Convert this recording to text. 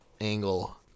angle